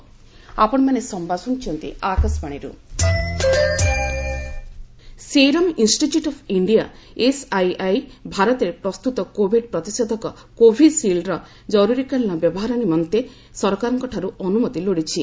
SII Covishield serum institute of India SII ଭାରତରେ ପ୍ରସ୍ତୁତ Covid ପ୍ରତିଷେଧକ କୋଭିସିଲ୍ଡ୍ର ଜରୁରୀକାଳୀନ ବ୍ୟବହାର ନିମନ୍ତେ ସରକାରଙ୍କଠାରୁ ଅନୁମତି ଲୋଡ଼ିଛି